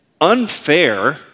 unfair